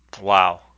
Wow